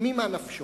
ממה נפשו.